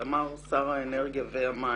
אמר שר האנרגיה והמים